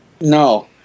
No